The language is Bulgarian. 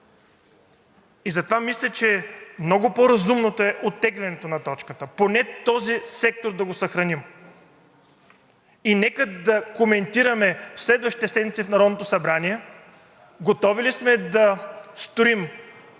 и затова мисля, че много по-разумното е оттеглянето на точката, поне този сектор да го съхраним. Нека да коментираме в следващите седмици в Народното събрание готови ли сме да строим